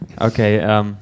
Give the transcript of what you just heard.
Okay